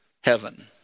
heaven